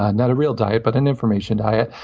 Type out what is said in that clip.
ah not a real diet, but an information diet.